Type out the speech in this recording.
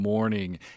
morning